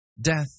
Death